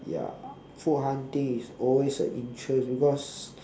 ya food hunting is always a interest because